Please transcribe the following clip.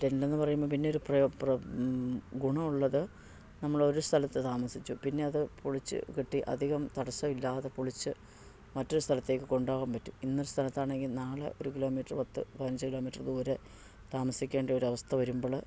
ടെൻ്റെന്ന് പറയുമ്പം പിന്നെ ഒരു ഗുണമുള്ളത് നമ്മൾ ഒരു സ്ഥലത്ത് താമസിച്ചു പിന്നെ അത് പൊളിച്ചു കെട്ടി അധികം തടസ്സമില്ലാതെ പൊളിച്ചു മറ്റൊരു സ്ഥലത്തേക്ക് കൊണ്ടു പോകാൻ പറ്റും ഇന്ന് ഒരു സ്ഥലത്ത് ആണെങ്കിൽ നാളെ ഒരു കിലോമീറ്റർ പത്ത് പതിനഞ്ച് കിലോമീറ്റർ ദൂരെ താമസിക്കേണ്ട ഒരു അവസ്ഥ വരുമ്പോൾ